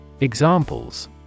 Examples